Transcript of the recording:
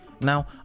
Now